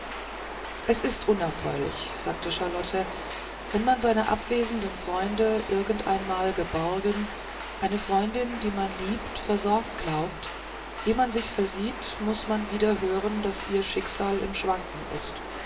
es ist unerfreulich sagte charlotte wenn man seine abwesenden freunde irgend einmal geborgen eine freundin die man liebt versorgt glaubt eh man sichs versieht muß man wieder hören daß ihr schicksal im schwanken ist